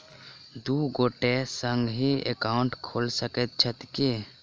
दु गोटे संगहि एकाउन्ट खोलि सकैत छथि की?